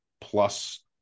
plus